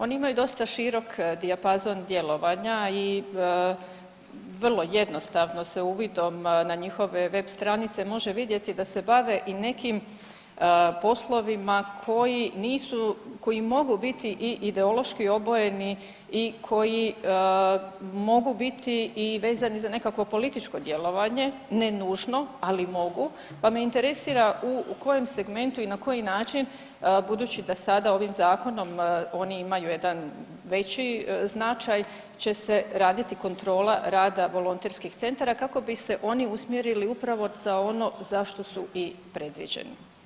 Oni imaju dosta širok dijapazon djelovanja i vrlo jednostavno se uvidom na njihove web stranice može vidjeti da se bave i nekim poslovima koji nisu, koji mogu biti i ideološki obojeni i koji mogu biti i vezani za nekakvo političko djelovanje, ne nužno, ali mogu, pa me interesira u kojem segmentu i na koji način, budući da sada, ovim Zakonom, oni imaju jedan veći značaj će se raditi kontrola rada volonterskih centara kako bi se oni usmjerili upravo za ono za što su i predviđeni?